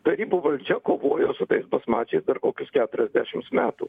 tarybų valdžia kovojo su tais basmačiais dar kokius keturiasdešims metų